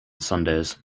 sundays